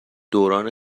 دوران